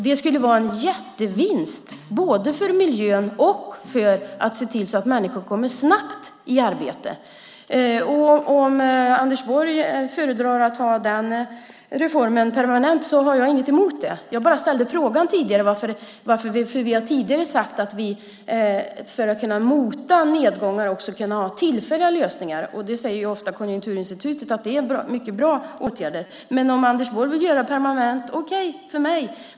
Det skulle vara en jättevinst både för miljön och för att se till att människor snabbt kommer i arbete. Om Anders Borg föredrar att ha denna reform permanent har jag ingenting emot det. Jag ställde tidigare bara frågan. Vi har nämligen tidigare sagt att vi för att kunna mota nedgångar också ska kunna ha tillfälliga lösningar. Konjunkturinstitutet säger ofta att det är mycket bra åtgärder. Men om Anders Borg vill göra detta permanent är det okej för mig.